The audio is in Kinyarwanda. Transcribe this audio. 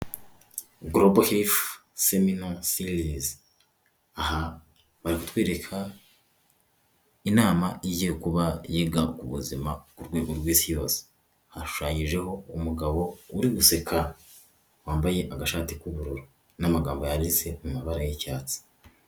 Global hif semino siliz ,aha barikutwereka inama igiye kuba yiga kubuzima kurwego rw'isi yose hashushanyijeho umugabo uri guseka wambaye agashati k'ubururu n'amagambo yanditse mu mabara y'icyatsi.